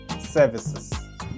Services